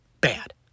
bad